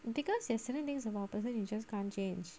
because there are certain things of a person you just can't change